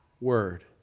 word